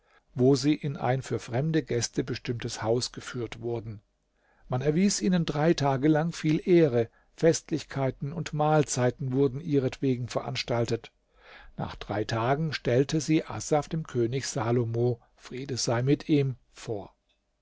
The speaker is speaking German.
wo sie in ein für fremde gäste bestimmtes haus geführt wurden man erwies ihnen drei tage lang viele ehre festlichkeiten und mahlzeiten wurden ihretwegen veranstaltet nach drei tagen stellte sie asaf dem könig salomo friede sei mit ihm vor